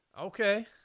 Okay